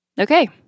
Okay